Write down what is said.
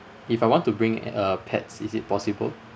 if I want to bring uh pets is it possible